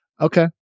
Okay